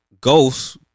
Ghost